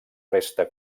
resta